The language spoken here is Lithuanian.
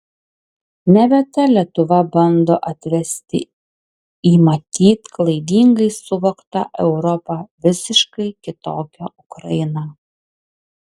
nebe ta lietuva bando atvesti į matyt klaidingai suvoktą europą visiškai kitokią ukrainą